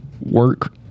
work